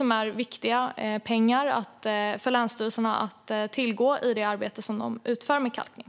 Det är viktiga pengar för länsstyrelserna i det arbete som de utför med kalkning.